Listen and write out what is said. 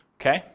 okay